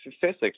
physics